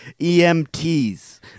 EMTs